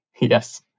Yes